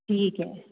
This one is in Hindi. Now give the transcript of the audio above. ठीक है